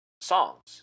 songs